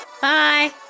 Bye